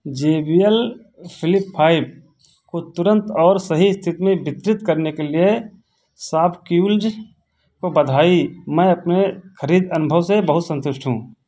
जे B L flip five को तुरंत और सही स्थिति में वितरित करने के लिए शॉपक्लूज़ को बधाई मैं अपने खरीद अनुभव से बहुत संतुष्ट हूँ